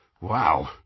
Wow